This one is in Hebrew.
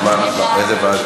אז מה, איזו ועדה?